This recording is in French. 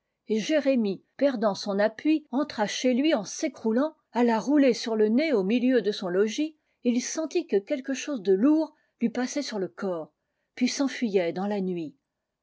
et jérémic f erdant son appui entra chez lui en s'ëcrouant alla rouler sur le nez au milieu de son logis et il sentit que quelque chose de lourd lui passait sur le corps puis s'enfuyait dans la nuit